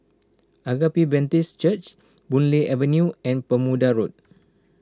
Agape Baptist Church Boon Lay Avenue and Bermuda Road